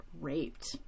raped